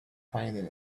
finding